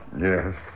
Yes